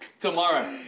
tomorrow